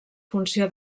funció